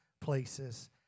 places